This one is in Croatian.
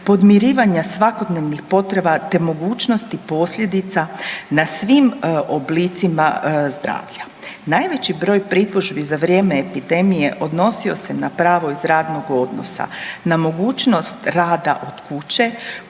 podmirivanja svakodnevnih potreba te mogućnosti posljedica na svim oblicima zdravlja. Najveći broj pritužbi za vrijeme epidemije odnosio se na pravo iz radnog odnosa, na mogućnost rada od kuće,